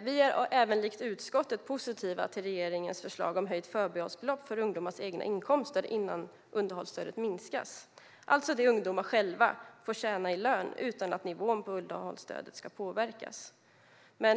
Vi är likt utskottet även positiva till regeringens förslag om höjt förbehållsbelopp för ungdomars egna inkomster innan underhållsstödet minskas, alltså det som ungdomar själva får tjäna i lön utan att nivån på underhållsstödet påverkas.